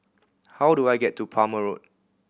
how do I get to Palmer Road